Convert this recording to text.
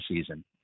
season